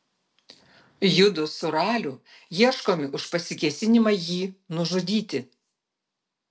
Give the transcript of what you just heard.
judu su raliu ieškomi už pasikėsinimą jį nužudyti